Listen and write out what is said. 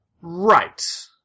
Right